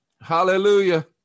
Hallelujah